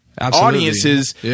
audiences